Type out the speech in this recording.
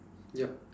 yup